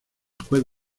juez